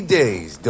days